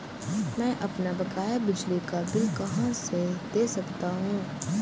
मैं अपना बकाया बिजली का बिल कहाँ से देख सकता हूँ?